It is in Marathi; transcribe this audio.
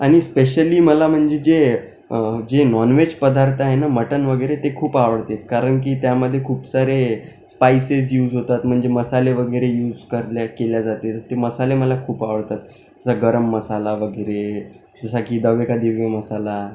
आणि स्पेशली मला म्हणजे जे जे नॉन वेज पदार्थ आहे ना मटण वगैरे ते खूप आवडते कारण की त्यामध्ये खूप सारे स्पाइसेस यूज होतात म्हणजे मसाले वगैरे यूज करण्यात केले जाते ते मसाले मला खूप आवडतात जसं गरम मसाला वगैरे जसा की दवे का दिव्य मसाला